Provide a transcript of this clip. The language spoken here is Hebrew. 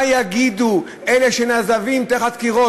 מה יגידו אלה שנעזבים תחת קירות?